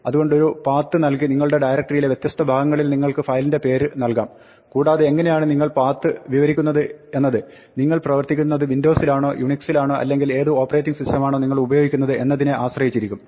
അതുകൊണ്ട് ഒരു പാത്ത് നൽകി നിങ്ങളുടെ ഡൈരക്ടരിയിലെ വ്യത്യസ്ത ഭാഗങ്ങളിൽ നിങ്ങൾക്ക് ഒരു ഫയലിന്റെ പേര് നൽകാം കൂടാതെ എങ്ങിനെയാണ് നിങ്ങൾ പാത്ത് വിവരിക്കുന്നത് എന്നത് നിങ്ങൾ പ്രവർത്തിക്കുന്നത് വിൻഡോസിലാണോ യുണിക്സിലാണോ അല്ലെങ്കിൽ ഏത് ഓപ്പറേറ്റിംഗ് സിസ്റ്റമാണോ നിങ്ങളുപയോഗിക്കുന്നത് എന്നതിനെ ആശ്രയിച്ചിരിക്കും